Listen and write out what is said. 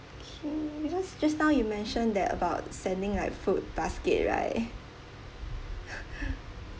okay because just now you mentioned that about sending like fruit basket right